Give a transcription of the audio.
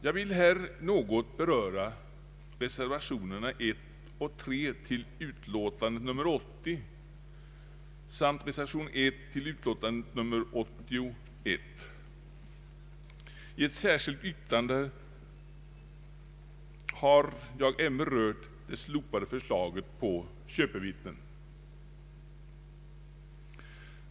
Jag vill här något beröra reservationerna I och III till utlåtandet nr 80 samt reservation I till utlåtandet nr 81. I ett särskilt yttrande har jag även berört det slopade kravet på köpevittnen.